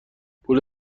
پول